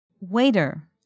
Waiter